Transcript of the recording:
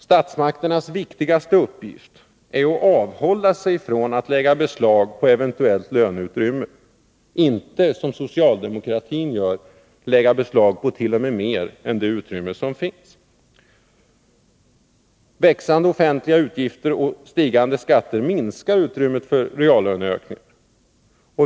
Statsmakternas viktigaste uppgift är att avhålla sig från att lägga beslag på eventuellt löneutrymme, inte att — som socialdemokratin gör — lägga beslag påt.o.m. mer än det utrymme som finns. Växande offentliga utgifter och stigande skatter minskar utrymmet för reallöneökningar.